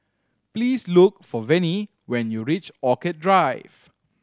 please look for Vennie when you reach Orchid Drive